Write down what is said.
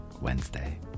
Wednesday